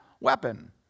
weapon